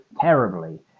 terribly